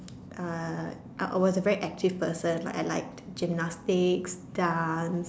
uh I I was a very active person like I like gymnastics dance